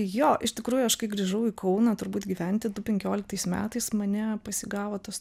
jo iš tikrųjų aš kai grįžau į kauną turbūt gyventi penkioliktais metais mane pasigavo tas